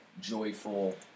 joyful